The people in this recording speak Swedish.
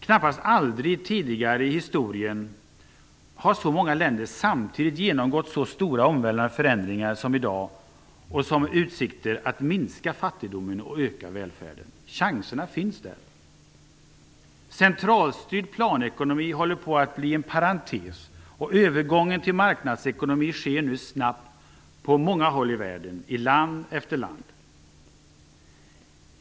Knappast aldrig tidigare i historien har så många länder samtidigt genomgått så stora och omvälvande förändringar som i dag. Dessa förändringar kan göra att fattigdomen minskar och att välfärden ökar. Centralstyrd planekonomi håller på att bli en parentes, och övergången till marknadsekonomi sker nu snabbt på många håll i världen -- i land efter land.